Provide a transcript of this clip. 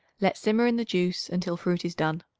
let simmer in the juice until fruit is done.